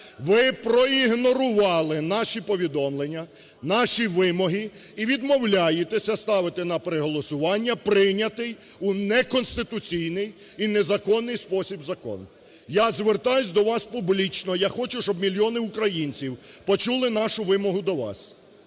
Ви проігнорували наші повідомлення, наші вимоги і відмовляєтеся ставити на переголосування прийнятий у неконституційний і незаконний спосіб закон. Я звертаюсь до вас публічно, я хочу, щоб мільйони українців почули нашу вимогу до вас.